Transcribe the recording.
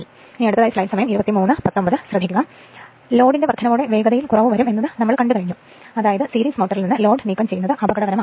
അതിനാൽ സീരീസ് മോട്ടോറിൽ നിന്ന് ലോഡ് പൂർണ്ണമായും നീക്കംചെയ്യുന്നത് അപകടകരമാണ്